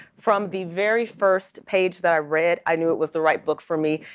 from the very first page that i read, i knew it was the right book for me.